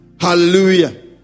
Hallelujah